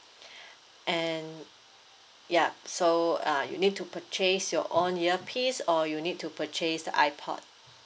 and ya so uh you need to purchase your own earpiece or you need to purchase the ipod